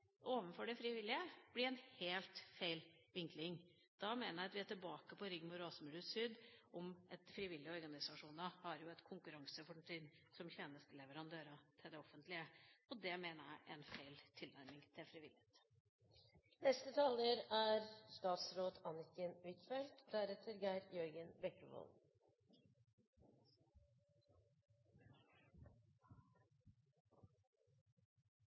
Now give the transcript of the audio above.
overfor det frivillige blir en helt feil vinkling. Da mener jeg at vi er tilbake til Rigmor Aasruds syn, at frivillige organisasjoner har et konkurransefortrinn som tjenesteleverandører til det offentlige. Det mener jeg er en feil tilnærming til frivillighet. Jeg registrerer at de fleste partier frir til Kristelig Folkeparti, men at Kristelig Folkeparti ikke er